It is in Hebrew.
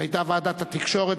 שהיתה ועדת התקשורת,